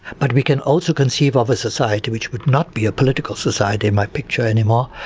but we can also conceive of a society, which would not be a political society in my picture any more,